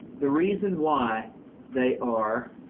the reason why they are.